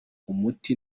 umuti